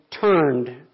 turned